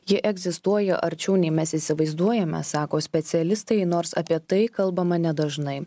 ji egzistuoja arčiau nei mes įsivaizduojame sako specialistai nors apie tai kalbama nedažnai